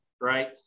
right